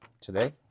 today